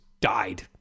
died